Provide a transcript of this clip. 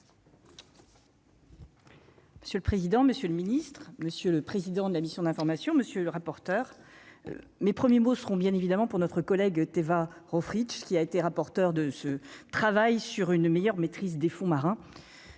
Monsieur le président, Monsieur le Ministre, monsieur le président de la mission d'information, monsieur le rapporteur, mes premiers mots seront bien évidemment pour notre collègue Téva Rohfritsch qui a été rapporteur de ce travail sur une meilleure maîtrise des fonds marins